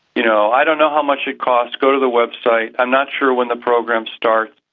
you know, i don't know how much it costs, go to the website, i'm not sure when the program starts,